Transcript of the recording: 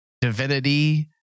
divinity